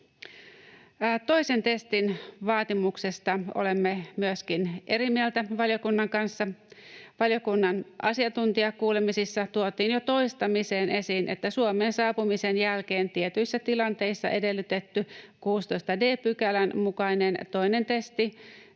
Toisen testin vaatimuksesta olemme myöskin eri mieltä valiokunnan kanssa. Valiokunnan asiantuntijakuulemisissa tuotiin jo toistamiseen esiin, että Suomeen saapumisen jälkeen tietyissä tilanteissa edellytetty 16 d §:n mukainen toinen testi